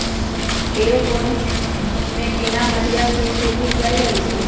aeroponics में बिना मटिया के खेती कइल जाहई